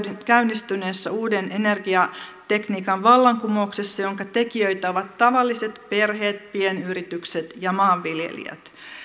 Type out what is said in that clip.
käynnistyneessä uuden energiatekniikan vallankumouksessa jonka tekijöitä ovat tavalliset perheet pienyritykset ja maanviljelijät